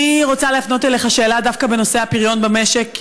אני רוצה להפנות אליך שאלה דווקא בנושא הפריון במשק.